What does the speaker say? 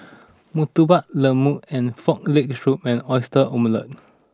Murtabak Lembu and Frog Leg Soup and Oyster Omelette